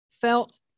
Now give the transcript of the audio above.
felt